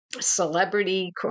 celebrity